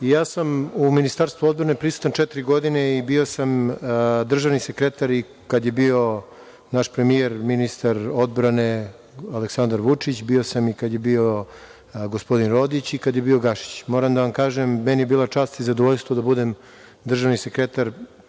Ja sam u Ministarstvu odbrane prisutan četiri godine i bio sam državni sekretar dok je bio naš premijer ministar odbrane, Aleksandar Vučić. Bio sam i kada je bio gospodin Rodić i kada je bio Gašić. Moram da vam kažem da mi je bila čast i zadovoljstvo da budem državni sekretar